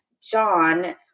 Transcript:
John